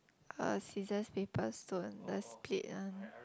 uh scissors paper stone the split one